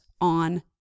on